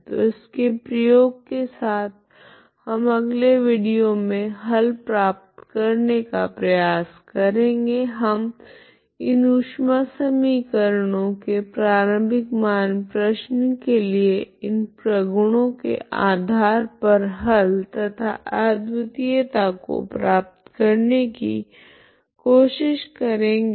तो इसके प्रयोग के साथ हम अगले विडियो मे हल प्राप्त करने का प्रयास करेगे हम इन ऊष्मा समीकरणों के प्रारम्भिक मान प्रश्न के लिए इन प्रगुणों के आधार पर हल तथा अद्वितीयता को प्राप्त करने की कोशिश करेगे